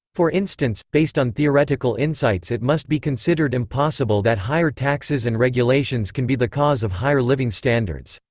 for instance, based on theoretical insights it must be considered impossible that higher taxes and regulations can be the cause of higher living standards.